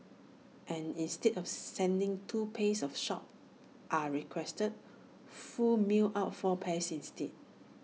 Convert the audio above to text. and instead of sending two pays of socks as requested Foo mailed out four pairs instead